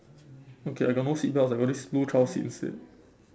okay I got no seat belts I got this blue child seat instead